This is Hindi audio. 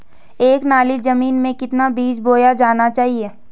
एक नाली जमीन में कितना बीज बोया जाना चाहिए?